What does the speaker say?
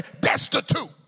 destitute